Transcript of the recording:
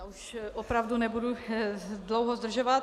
Já už opravdu nebudu dlouho zdržovat.